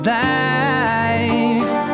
life